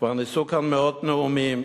כבר נישאו כאן מאות נאומים,